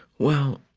well,